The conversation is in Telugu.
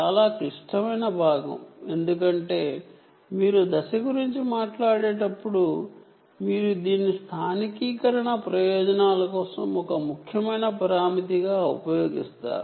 ఇది ఎందుకు ముఖ్యమైనది ఎందుకంటే మీరు ఫేజ్ గురించి మాట్లాడేటప్పుడు మీరు దీన్ని లోకలైజషన్ ప్రయోజనాల కోసం ఒక ముఖ్యమైన పరామితిగా ఉపయోగిస్తారు